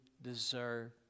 deserve